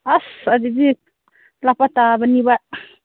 ꯑꯁ ꯑꯗꯨꯗꯤ ꯂꯥꯛꯄ ꯇꯥꯕꯅꯤꯕ